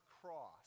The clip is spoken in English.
cross